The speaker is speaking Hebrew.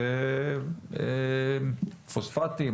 פוספטים,